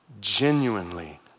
genuinely